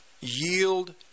yield